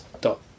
dot